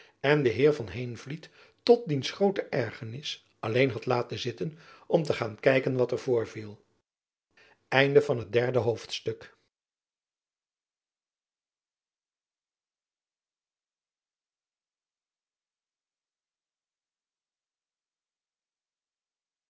en den heer van heenvliet tot diens groote ergernis alleen had laten zitten om te gaan kijken wat er voorviel jacob van lennep elizabeth musch vierde hoofdstuk